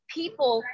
people